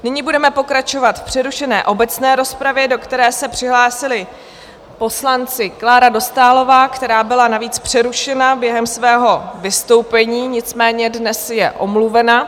Nyní budeme pokračovat v přerušené obecné rozpravě, do které se přihlásili poslanci Klára Dostálová, která byla navíc přerušena během svého vystoupení, nicméně dnes je omluvena.